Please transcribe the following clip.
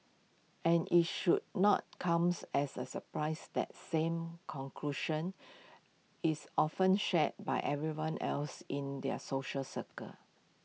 and IT should not comes as A surprise that same conclusion is often shared by everyone else in their social circle